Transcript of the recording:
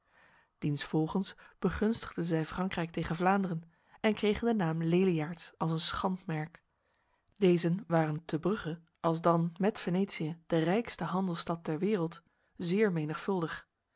diensvolgens begunstigden zij frankrijk tegen vlaanderen en kregen de naam leliaards als een schandmerk dezen waren te brugge alsdan met venetië de rijkste handelsstad der wereld zeer menigvuldig